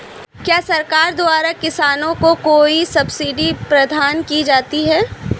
क्या सरकार द्वारा किसानों को कोई सब्सिडी प्रदान की जाती है?